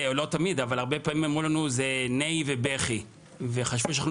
הרבה פעמים אמרו לנו שזה נהי ובכי וחשבו שאנחנו